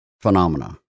phenomena